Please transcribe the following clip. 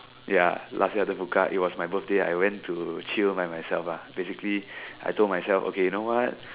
ya last year after Bukka it was my birthday I went to chill by myself lah basically I told myself okay you know what